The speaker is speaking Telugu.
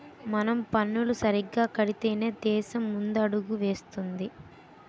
మనం పన్నులు సరిగ్గా కడితేనే దేశం ముందడుగులు వేస్తుంది